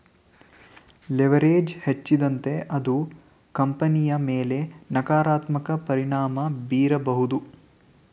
leverage ಹೆಚ್ಚಾದಂತೆ ಅದು ಕಂಪನಿಯ ಮೇಲೆ ನಕಾರಾತ್ಮಕ ಪರಿಣಾಮ ಬೀರಬಹುದು